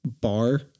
bar